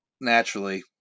Naturally